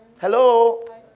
Hello